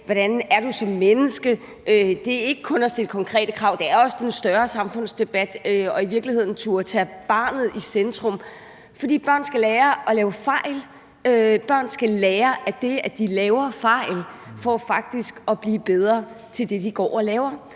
hvordan du er som menneske. Det er ikke kun at stille konkrete krav, det er også en større samfundsdebat i virkeligheden at turde sætte barnet i centrum. For børn skal lære at lave fejl, børn skal lære, at det, at de laver fejl, er for faktisk at blive bedre til det, de går og laver.